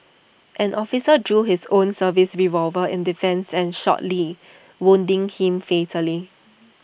an officer drew his own service revolver in defence and shot lee wounding him fatally